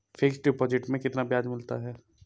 Fix deposit में कितना ब्याज मिलता है?